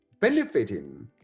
benefiting